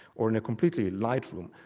or in a completely light room,